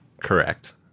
Correct